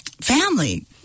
family